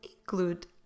include